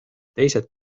teised